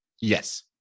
Yes